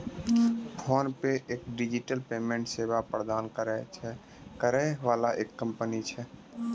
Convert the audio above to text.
PhonePe एक digital payment सेवा प्रदान करै वाला एक कंपनी छै